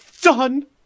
done